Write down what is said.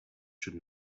should